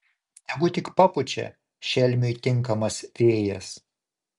tegul tik papučia šelmiui tinkamas vėjas